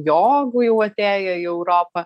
joga jau atėjo į europą